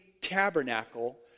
tabernacle